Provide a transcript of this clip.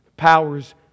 powers